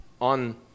on